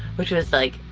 which was like,